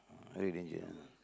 very dangerous